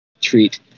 treat